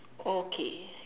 okay